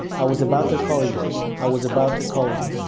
i was about to call you. i was about to call you.